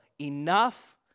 enough